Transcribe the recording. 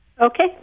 Okay